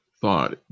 thought